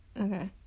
okay